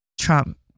Trump